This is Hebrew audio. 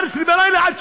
אנחנו,